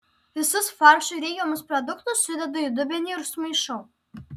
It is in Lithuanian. visus faršui reikiamus produktus sudedu į dubenį ir sumaišau